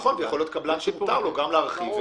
יכול להיות שיש קבלן שמותר לו גם להרחיב.